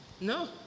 No